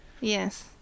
Yes